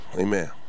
amen